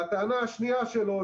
והטענה השנייה שלו,